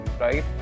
right